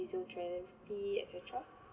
physiotherapy et cetera